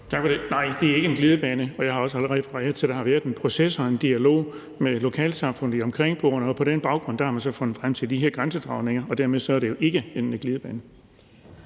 Tak for det. Nej, det er ikke en glidebane, og jeg har også allerede refereret til, at der har været en proces og en dialog med lokalsamfundet og de omkringboende, og på den baggrund har man så fundet frem til de her grænsedragninger. Dermed er det jo ikke en glidebane.